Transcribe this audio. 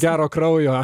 gero kraujo